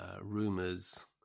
rumors